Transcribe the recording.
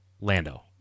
Lando